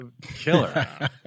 killer